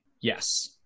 Yes